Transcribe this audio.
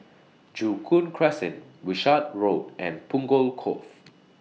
Joo Koon Crescent Wishart Road and Punggol Cove